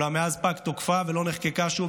אולם מאז פג תוקפה והיא לא נחקקה שוב,